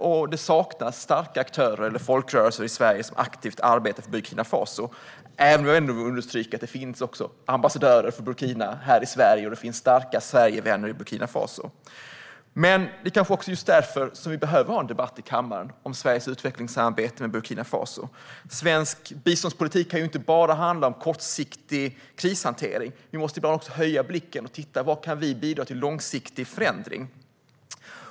Och det saknas starka aktörer eller folkrörelser i Sverige som aktivt arbetar för Burkina Faso - jag vill ändå understryka att det finns ambassadörer här i Sverige för Burkina Faso och att det finns starka Sverigevänner i Burkina Faso. Men det är kanske just därför som vi behöver ha en debatt i kammaren om Sveriges utvecklingssamarbete med Burkina Faso. Svensk biståndspolitik kan inte bara handla om kortsiktig krishantering. Vi måste ibland höja blicken och fråga oss: Var kan vi bidra till långsiktig förändring?